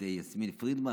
את יסמין פרידמן,